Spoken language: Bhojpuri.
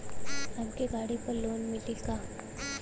हमके गाड़ी पर लोन मिली का?